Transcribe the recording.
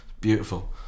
beautiful